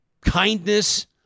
Kindness